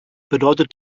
bedeutet